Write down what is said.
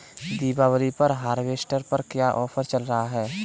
दीपावली पर हार्वेस्टर पर क्या ऑफर चल रहा है?